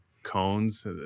cones